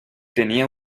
tenía